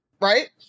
right